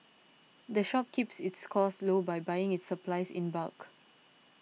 the shop keeps its costs low by buying its supplies in bulk